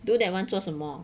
do that one 做什么